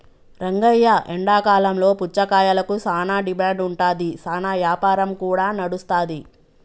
రంగయ్య ఎండాకాలంలో పుచ్చకాయలకు సానా డిమాండ్ ఉంటాది, సానా యాపారం కూడా నడుస్తాది